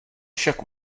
však